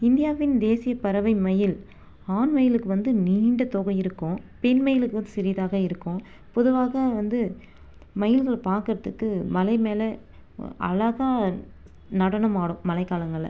இந்தியாவின் தேசிய பறவை மயில் ஆண் மயிலுக்கு வந்து நீண்ட தோகை இருக்கும் பெண் மயிலுக்கு வந்து சிறிதாக இருக்கும் பொதுவாக வந்து மயில்கள் பார்க்கறதுக்கு மலை மேலே அழகாக நடனமாடும் மழைக்காலங்களில்